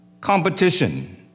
competition